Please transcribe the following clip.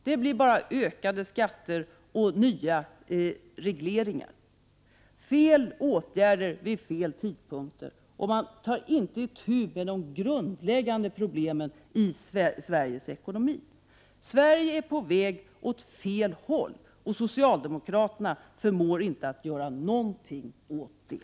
Det blir bara höjda skatter och nya regleringar — alltså fel åtgärder vid fel tidpunkt. Man tar inte itu med de grundläggande problemen i Sveriges ekonomi. Sverige är på väg åt fel håll, och socialdemokraterna förmår inte att göra något åt det.